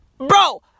Bro